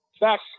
back